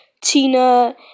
Tina